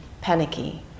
panicky